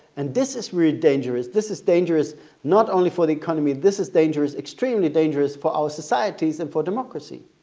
and this is really dangerous. this is dangerous not only for the economy this is dangerous, extremely dangerous for our societies and for democracy.